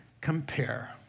compare